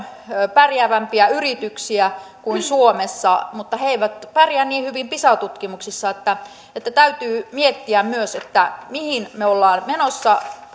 pärjäävämpiä yrityksiä kuin suomessa mutta he he eivät pärjää niin hyvin pisa tutkimuksissa niin että täytyy miettiä myös mihin me olemme menossa